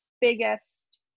biggest